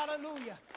Hallelujah